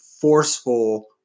forceful